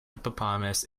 hippopotamus